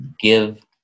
give